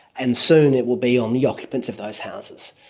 and soon it will be on the occupants of those houses.